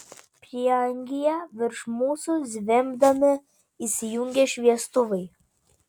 prieangyje virš mūsų zvimbdami įsijungė šviestuvai